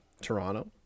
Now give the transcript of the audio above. Toronto